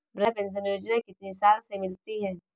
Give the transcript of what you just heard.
वृद्धा पेंशन योजना कितनी साल से मिलती है?